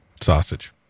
Sausage